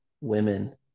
women